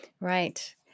Right